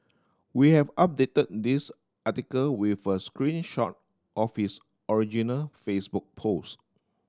we have updated this article with a screen shot of his original Facebook post